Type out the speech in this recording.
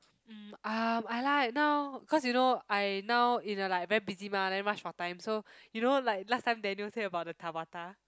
mm uh I like now cause you know I now in a like very busy mah then rush for time so you know like last time Daniel say about the Tabata